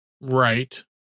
Right